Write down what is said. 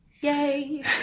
Yay